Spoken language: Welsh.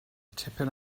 tipyn